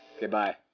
Goodbye